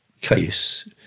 case